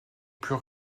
plus